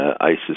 ISIS